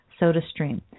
SodaStream